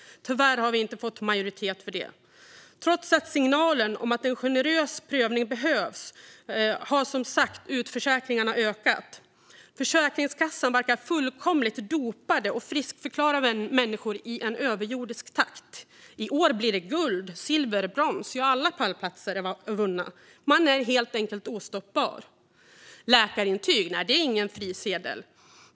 Tyvärr har vi inte fått majoritet för det. Trots signalen om att en generös prövning behövs har som sagt utförsäkringarna ökat. Försäkringskassan verkar fullkomligt dopad och friskförklarar människor i en överjordisk takt. I år blir det guld, silver och brons - ja, alla pallplatser är vunna. Man är helt enkelt ostoppbar! Läkarintyg är ingen frisedel.